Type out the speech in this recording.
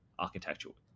architectural